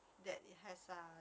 that it has ah